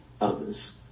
others